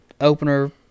opener